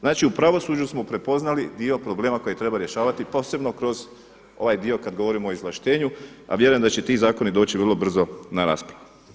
Znači u pravosuđu smo prepoznali dio problema koji treba rješavati, posebno kroz ovaj dio kada govorimo o izvlaštenju, a vjerujem da će ti zakoni doći vrlo brzo na raspravu.